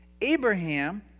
Abraham